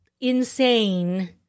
insane